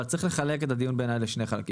אבל בעיניי צריך לחלק את הדיון לשני חלקים.